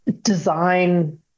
design